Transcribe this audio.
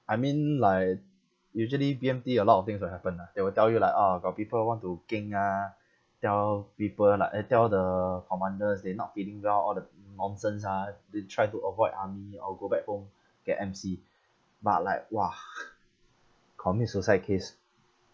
I mean like usually B_M_T a lot of things will happen ah they will tell you like orh got people want to keng ah tell people like uh tell the commanders they not feeling well all the nonsense ah they try to avoid army or go back home get M_C but like !wah! commit suicide case